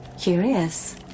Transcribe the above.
Curious